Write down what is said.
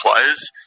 players